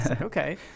Okay